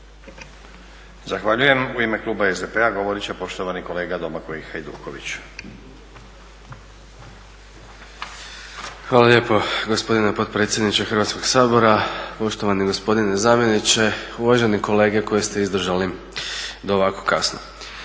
Zahvaljujem. U ime kluba SDP-a govoriti će poštovani kolega Domagoj Hajduković. **Hajduković, Domagoj (SDP)** Hvala lijepa gospodine potpredsjedniče Hrvatskoga sabora, poštovani gospodine zamjeniče, uvaženi kolege koji ste izdržali do ovako kasno.